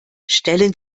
stellen